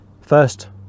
first